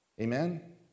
Amen